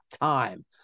Time